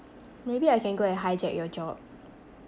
maybe I can go and hijack your job